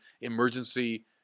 emergency